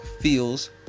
feels